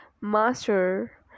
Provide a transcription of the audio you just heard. Master